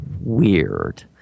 weird